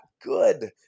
good